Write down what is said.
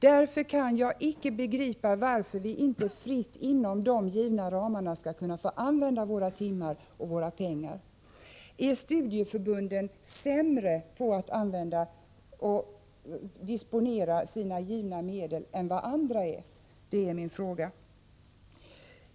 Därför kan jag icke begripa varför vi inte inom de givna ramarna fritt skall få använda våra timmar och våra pengar. Är studieförbunden sämre än andra på att disponera sina medel? Det är min fråga.